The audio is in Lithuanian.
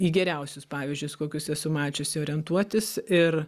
į geriausius pavyzdžius kokius esu mačiusi orientuotis ir